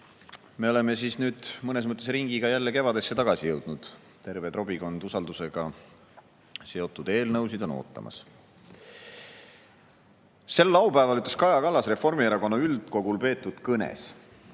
Me oleme nüüd mõnes mõttes ringiga jälle kevadesse tagasi jõudnud. Terve trobikond usaldusega seotud eelnõusid on ootamas. Sel laupäeval ütles Kaja Kallas Reformierakonna üldkogul peetud kõnes: